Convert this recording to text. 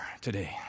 today